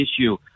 issue